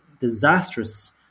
disastrous